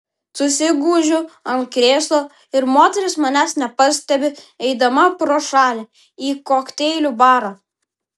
susigūžiu ant krėslo ir moteris manęs nepastebi eidama pro šalį į kokteilių barą